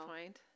point